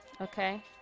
Okay